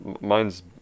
Mine's